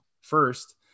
first